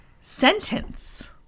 sentence